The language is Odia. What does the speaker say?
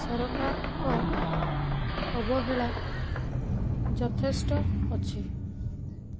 ସରକାରକ ଅବହେଳା ଯଥେଷ୍ଟ ଅଛି